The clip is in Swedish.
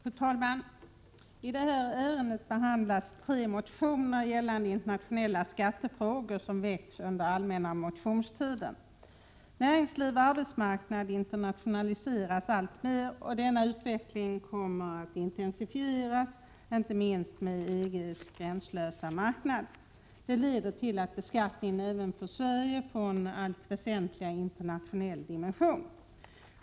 Fru talman! I detta ärende behandlas tre motioner gällande internationella skattefrågor som har väckts under den allmänna motionstiden. Näringsliv och arbetsmarknad internationaliseras alltmer. Denna utveckling kommer att intensifieras, inte minst EG:s ”gränslösa” marknad. Detta leder till att beskattningen, även i Sverige, får en allt väsentligare internationell dimension.